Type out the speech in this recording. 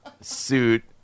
suit